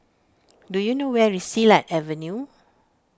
do you know where is Silat Avenue